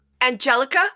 Angelica